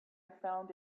found